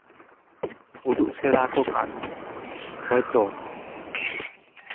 ᱩᱫᱩᱜᱽ ᱥᱮᱬᱟᱣ ᱠᱚ ᱠᱷᱟᱱ ᱦᱚᱭᱛᱚ